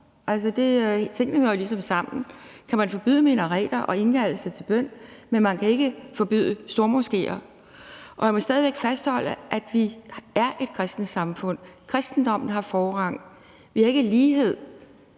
Altså, tingene hører jo ligesom sammen. Kan man forbyde minareter og indkaldelse til bøn, men ikke forbyde stormoskéer? Jeg må stadig væk fastholde, at vi er et kristent samfund. Kristendommen har forrang. Vi har ikke lighed